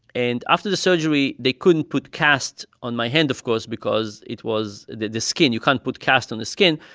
and after the surgery, they couldn't put casts on my hand, of course, because it was the the skin. you can't put casts on the skin.